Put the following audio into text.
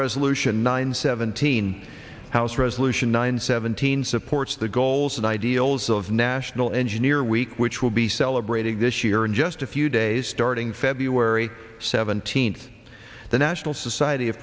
resolution nine seventeen house resolution nine seventeen supports the goals and ideals of national engineer week which will be celebrated this year in just a few days starting february seventeenth the national society